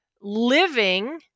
living